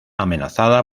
amenazada